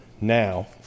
now